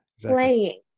playing